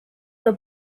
the